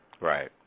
Right